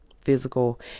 physical